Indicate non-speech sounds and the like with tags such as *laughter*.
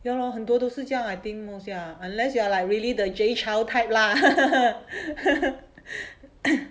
ya lor 很多都是这样 I think most ya unless you are like really the jay chou type lah *laughs*